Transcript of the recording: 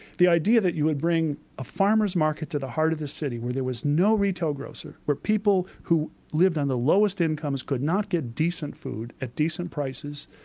the idea that you would bring a farmers market to the heart of the city, where there was no retail grocer, where people who lived on the lowest incomes could not get decent food at decent prices,